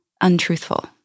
untruthful